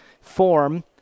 form